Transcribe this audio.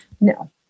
No